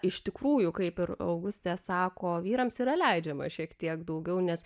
iš tikrųjų kaip ir augustė sako vyrams yra leidžiama šiek tiek daugiau nes